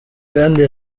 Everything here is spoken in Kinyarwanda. kandi